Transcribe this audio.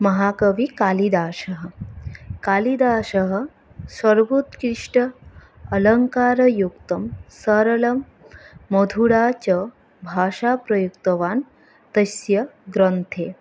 महाकविकालिदासः कालिदासः सर्वोत्कृष्ट अलङ्कारयुक्तं सरलं मधुरा च भाषा प्रयुक्तवान् तस्य ग्रन्थे